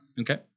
Okay